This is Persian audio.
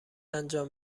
انجام